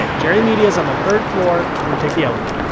ah jerry media's on the third floor, so we take the elevator